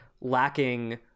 lacking